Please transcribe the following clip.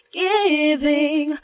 giving